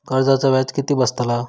कर्जाचा व्याज किती बसतला?